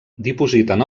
dipositen